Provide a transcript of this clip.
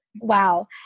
Wow